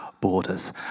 borders